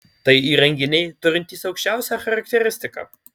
tai įrenginiai turintys aukščiausią charakteristiką